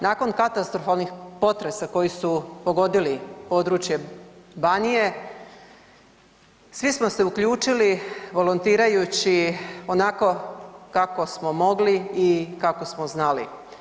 Nakon katastrofalnih potresa koji su pogodili područje Banije svi smo se uključili volontirajući onako kako smo mogli i kako smo znali.